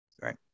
right